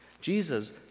Jesus